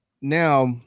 Now